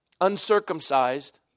uncircumcised